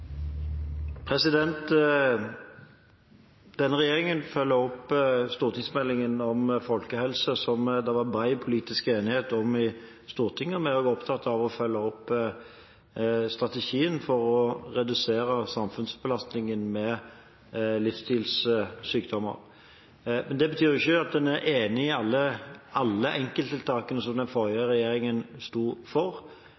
Denne regjeringen følger opp stortingsmeldingen om folkehelse, som det var bred politisk enighet om i Stortinget. Vi har vært opptatt av å følge opp strategien for å redusere samfunnsbelastningen med hensyn til livsstilssykdommer. Men det betyr ikke at en er enig i alle de enkelttiltakene som den